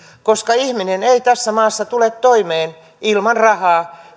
koska ihminen ei tässä maassa tule toimeen ilman rahaa